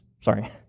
Sorry